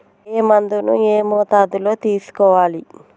ఏ మందును ఏ మోతాదులో తీసుకోవాలి?